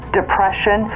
depression